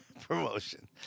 promotion